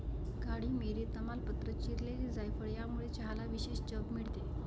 काळी मिरी, तमालपत्र, चिरलेली जायफळ यामुळे चहाला विशेष चव मिळते